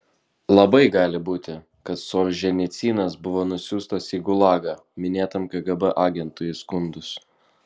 labai gali būti kad solženicynas buvo nusiųstas į gulagą minėtam kgb agentui įskundus